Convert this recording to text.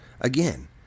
again